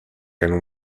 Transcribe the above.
and